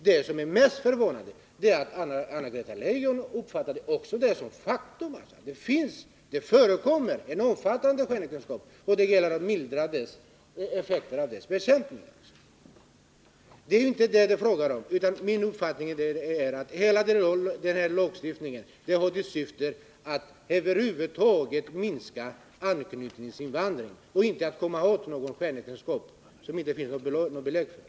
Det som är mest förvånande är att också Anna-Greta Leijon uppfattade dessa äktenskap som faktum. Hon menar också att det förekommer ett stort antal skenäktenskap och att det gäller att mildra effekterna av denna invandring. Det är inte det det är fråga om. Min uppfattning är att denna lagstiftning har till syfte att över huvud taget minska anknytningsinvandringen. Det går inte att komma åt några skenäktenskap, vilkas existens inte är bekräftad.